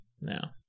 now